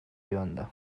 joanda